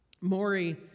Maury